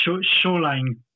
Shoreline